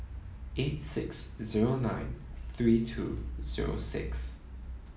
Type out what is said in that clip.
eight six zero nine three two zero six